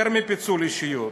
יותר מפיצול אישיות.